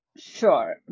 Sure